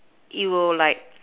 it will like